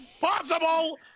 possible